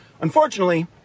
Unfortunately